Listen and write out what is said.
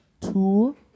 two